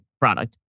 product